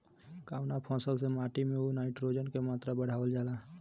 कवना फसल से माटी में नाइट्रोजन के मात्रा बढ़ावल जाला?